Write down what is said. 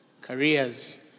careers